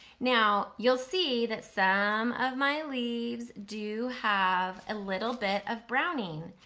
now, you'll see that some of my leaves do have a little bit of browning.